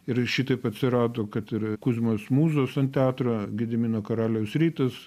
ir šitaip atsirado kad ir kuzmos mūzos ant teatro gedimino karaliaus rytas